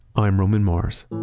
i'm roman mars